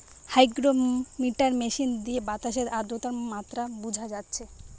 hygrometer machine দিয়ে বাতাসের আদ্রতার মাত্রা বুঝা যাচ্ছে